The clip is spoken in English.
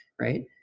right